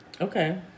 okay